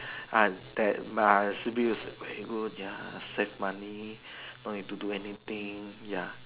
uh that my sleeping is very good ya save money no need to do anything ya